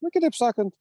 nu kitaip sakant